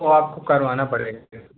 वो आपको करवाना पड़ेगा